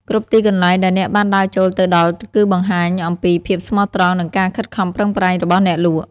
គ្រប់ទីកន្លែងដែលអ្នកបានដើរចូលទៅដល់គឺបានបង្ហាញអំពីភាពស្មោះត្រង់ និងការខិតខំប្រឹងប្រែងរបស់អ្នកលក់។